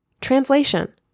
Translation